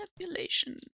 manipulation